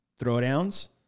throwdowns